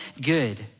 good